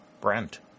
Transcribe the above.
Brent